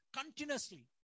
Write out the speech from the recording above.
continuously